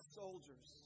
soldiers